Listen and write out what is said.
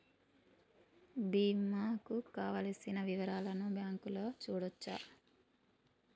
బీమా కు కావలసిన వివరాలను బ్యాంకులో చూడొచ్చా?